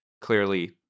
clearly